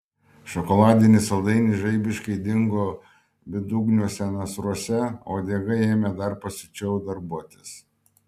šokoladinis saldainis žaibiškai dingo bedugniuose nasruose uodega ėmė dar pasiučiau darbuotis